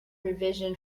revision